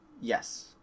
Yes